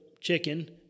chicken